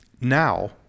now